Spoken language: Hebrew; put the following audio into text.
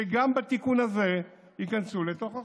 וגם בתיקון הזה הם ייכנסו לתוך החוק.